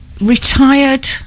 retired